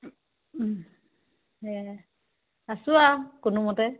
সেই আছো আৰু কোনো মতে